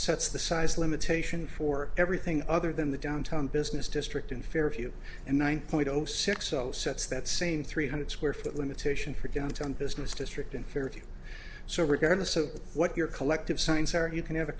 sets the size limitation for everything other than the downtown business district in fairview and one point zero six zero sets that same three hundred square foot limitation for downtown business district in fairview so regardless of what your collective signs are you can have a